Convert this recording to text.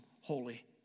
holy